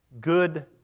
good